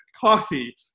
coffee